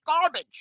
garbage